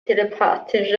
telepathisch